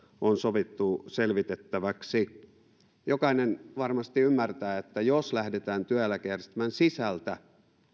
on sovittu selvitettäväksi jokainen varmasti ymmärtää että jos lähdetään työeläkejärjestelmän sisältä